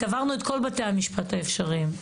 עברנו את כל בתי המשפט האפשריים.